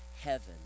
heaven